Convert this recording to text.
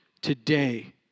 today